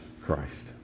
Christ